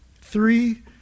three